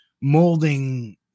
molding